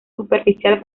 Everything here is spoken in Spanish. superficial